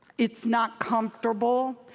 it's not comfortable.